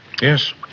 Yes